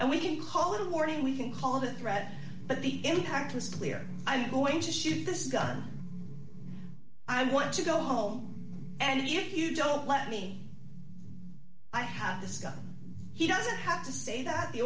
and we can call it a morning we can call it a threat but the impact was clear i'm going to shoot this gun i want to go home and you don't let me i have this gun he doesn't have to say th